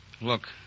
Look